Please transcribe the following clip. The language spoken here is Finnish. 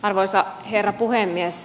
arvoisa herra puhemies